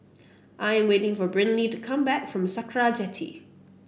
I'm waiting for Brynlee to come back from Sakra Jetty